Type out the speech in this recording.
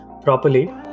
properly